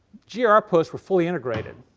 gar posts were fully integrated.